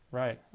right